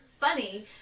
funny